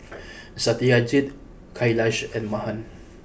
Satyajit Kailash and Mahan